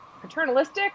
paternalistic